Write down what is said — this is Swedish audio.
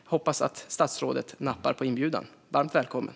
Jag hoppas att statsrådet nappar på inbjudan. Varmt välkommen!